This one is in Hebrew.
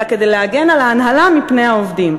אלא כדי להגן על ההנהלה מפני העובדים.